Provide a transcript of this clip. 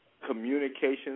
communications